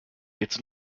its